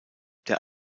der